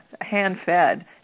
Hand-fed